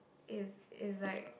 it's it's like